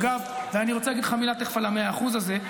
אגב, אני רוצה תכף לומר לך מילה על ה-100% הזה.